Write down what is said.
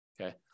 Okay